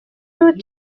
week